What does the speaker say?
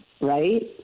right